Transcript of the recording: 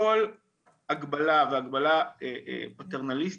כל הגבלה והגבלה פטרנליסטית,